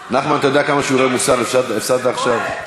נחמן, אתה יודע כמה שיעורי מוסר הפסדת עכשיו?